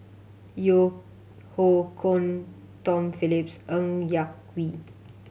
Yeo Hoe Koon Tom Phillips Ng Yak Whee